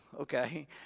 okay